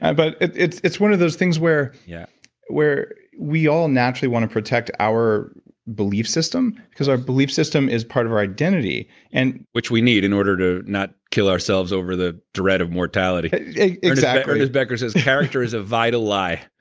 and but it's it's one of those things where yeah where we all naturally want to protect our belief system. our belief system is part of our identity and which we need in order to not kill ourselves over the dread of mortality exactly ernest becker says, character is a vital lie.